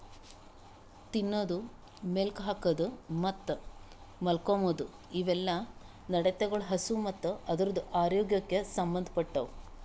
ತಿನದು, ಮೇಲುಕ್ ಹಾಕದ್ ಮತ್ತ್ ಮಾಲ್ಕೋಮ್ದ್ ಇವುಯೆಲ್ಲ ನಡತೆಗೊಳ್ ಹಸು ಮತ್ತ್ ಅದುರದ್ ಆರೋಗ್ಯಕ್ ಸಂಬಂದ್ ಪಟ್ಟವು